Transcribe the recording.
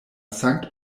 sankt